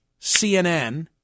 CNN